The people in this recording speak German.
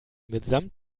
mitsamt